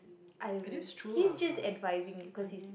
I he is just advising you cause he is